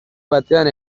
batean